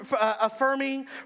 affirming